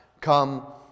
come